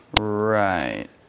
Right